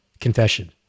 confession